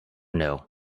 know